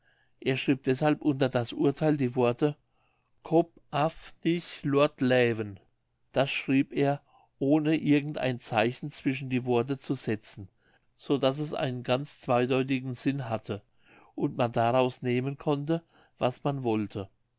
er schrieb deshalb unter das urtel die worte kop af nich loat läwen das schrieb er ohne irgend ein zeichen zwischen die worte zu setzen so daß es einen ganz zweideutigen sinn hatte und man daraus nehmen konnte was man wollte